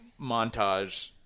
montage